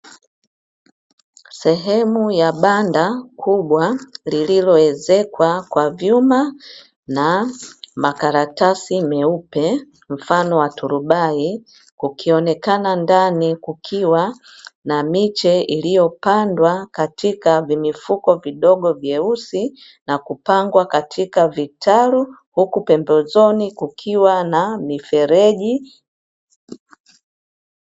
Sehemu ya banda kubwa lililoezekwa kwa vyuma na makaratasi meupe mfano wa turubai, kukionekana ndani kukiwa na miche iliyopandwa katika vimifuko vidogo vyeusi na kupangwa katika vitalu, huku pembezoni kukiwa na mifereji.